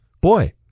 boy